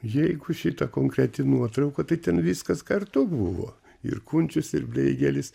jeigu šita konkreti nuotrauka tai ten viskas kartu buvo ir kunčius ir breigelis